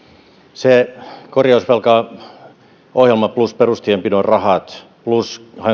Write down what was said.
se korjausvelkaohjelma plus perustienpidon rahat plus